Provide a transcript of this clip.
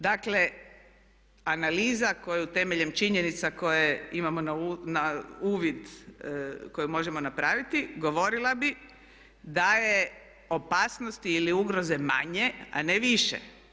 Dakle analiza koju temeljem činjenica koje imamo na uvid koje možemo napraviti govorila bi da je opasnosti ili ugroze manje a ne više.